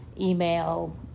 email